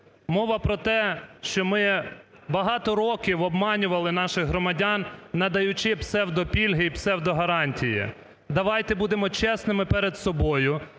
Мова про те, що ми багато років обманювали наших громадян, надаючи псевдопільги і псевдогарантії. Давайте будемо чесними перед собою.